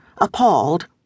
appalled